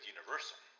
Universal